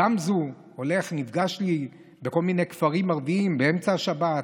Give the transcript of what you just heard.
גמזו הולך ונפגש לי בכל מיני כפרים ערביים באמצע השבת,